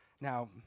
now